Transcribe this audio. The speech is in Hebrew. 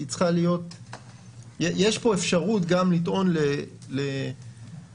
כל תקלה והנסיבות שלה.